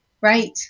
Right